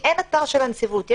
אין אתר של הנציבות.